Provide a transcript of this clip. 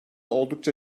oldukça